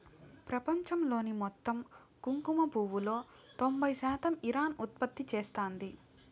ప్రపంచంలోని మొత్తం కుంకుమ పువ్వులో తొంబై శాతం ఇరాన్ ఉత్పత్తి చేస్తాంది